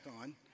on